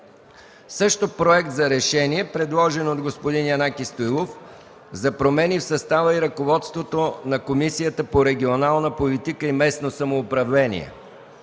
„Проект РЕШЕНИЕ предложено от господин Янаки Стоилов за промени в състава и ръководството на Комисията по регионална политика и местно самоуправление